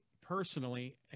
personally